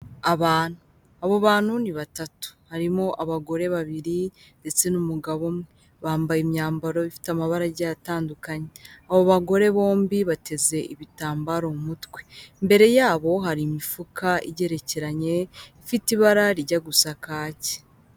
Abantu, abo bantu ni batatu. Harimo abagore babiri ndetse n'umugabo umwe bambaye imyambaro ifite amabara agiye atandukanye, abo bagore bombi bateze ibitambaro mu mutwe, imbere yabo hari imifuka igerekeranye ifite ibara rijya gusa kake.